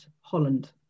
Holland